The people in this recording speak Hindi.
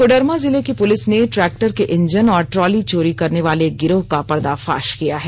कोडरमा जिले की पुलिस ने ट्रैक्टर के इंजन और ट्रॉली चोरी करने वाले एक गिरोह का पर्दाफाश किया है